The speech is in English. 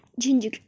ginger